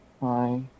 Hi